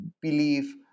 believe